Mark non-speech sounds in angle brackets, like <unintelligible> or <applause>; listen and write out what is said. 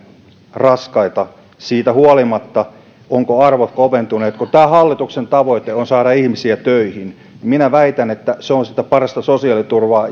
raskaita siitä huolimatta liittyen siihen ovatko arvot koventuneet kun tämän hallituksen tavoite on saada ihmisiä töihin se on sitä parasta sosiaaliturvaa <unintelligible>